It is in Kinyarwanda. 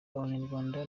abanyarwanda